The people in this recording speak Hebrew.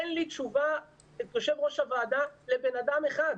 אין לי תשובה לבן אדם אחד.